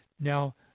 Now